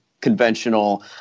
conventional